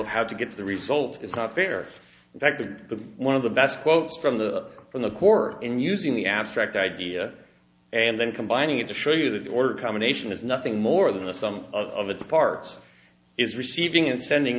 of how to get the result is not fair that the one of the best quote from the from the court in using the abstract idea and then combining it to show you the order combination is nothing more than the sum of its parts is receiving and sending